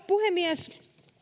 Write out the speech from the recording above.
puhemies